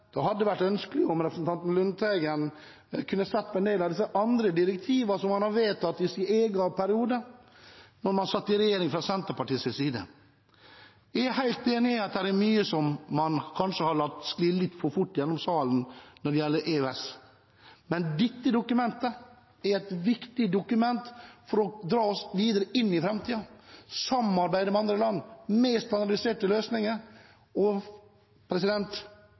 vedtatt i egen periode, da Senterpartiet satt i regjering. Jeg er helt enig i at det er mye man kanskje har latt skli litt for fort igjennom i salen når det gjelder EØS, men dette dokumentet er et viktig dokument for å dra oss videre inn i framtiden, samarbeide med andre land med standardiserte løsninger. Det er ikke slik at Norge mister sine verktøy. Nei, vi får bare enda et verktøy til å sørge for å få på plass lik konkurranseevne og